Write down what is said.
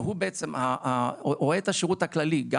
והוא בעצם רואה את השירות הכללי,